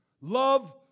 Love